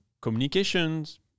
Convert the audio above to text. communications